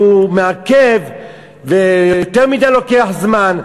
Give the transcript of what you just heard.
ושהוא מעכב ולוקח יותר מדי זמן.